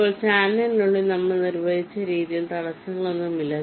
ഇപ്പോൾ ചാനലിനുള്ളിൽ നമ്മൾ നിർവചിച്ച രീതിയിൽ തടസ്സങ്ങളൊന്നുമില്ല